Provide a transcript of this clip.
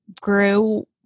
grew